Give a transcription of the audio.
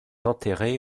enterré